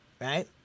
Right